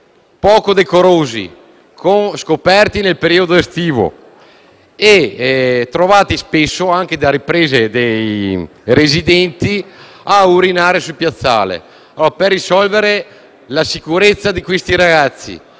poco decorose, scoperti nel periodo estivo e trovati spesso anche dai residenti a urinare sul piazzale. Per risolvere il problema della sicurezza di questi ragazzi,